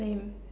same